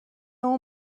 اون